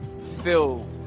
filled